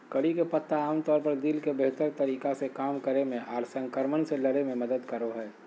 करी के पत्ता आमतौर पर दिल के बेहतर तरीका से काम करे मे आर संक्रमण से लड़े मे मदद करो हय